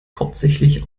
hauptsächlich